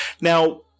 Now